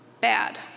bad